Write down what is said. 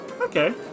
Okay